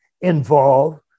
involve